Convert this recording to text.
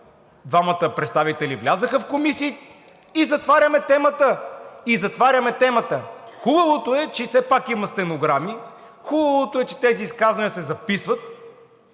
двамата представители влязоха в комисии, и затваряме темата. И затваряме темата! Хубавото е, че все пак има стенограми. Хубавото е, че тези изказвания се записват